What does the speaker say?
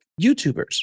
YouTubers